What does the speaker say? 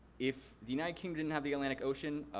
if the united kingdom didn't have the atlantic ocean,